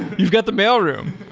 you've got the mailroom.